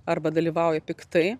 arba dalyvauja piktai